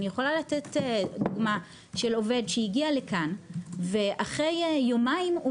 אני יכולה לתת דוגמה של עובד שהגיע לכאן ואחרי יומיים הוא